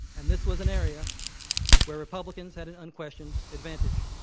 and this was an area where republicans had an unquestioned advantage.